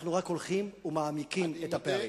רק הולכים ומעמיקים את הפערים.